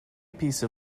piece